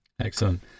Excellent